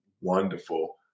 wonderful